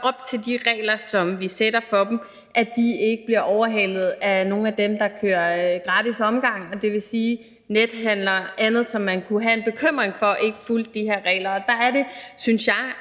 op til de regler, som vi sætter for dem, ikke bliver overhalet af nogle af dem, der er med på en gratis omgang, dvs. nethandlere og andet, som man kunne have en bekymring for ikke fulgte de her regler. Der er det, synes jeg,